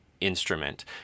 instrument